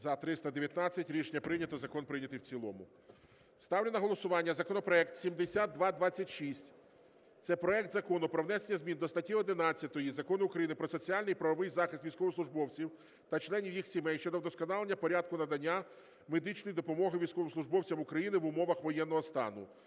За-319 Рішення прийнято. Закон прийнятий в цілому. Ставлю на голосування законопроект 7226. Це проект Закону про внесення змін до статті 11 Закону України "Про соціальний і правовий захист військовослужбовців та членів їх сімей" щодо вдосконалення порядку надання медичної допомоги військовослужбовцям України в умовах воєнного стану.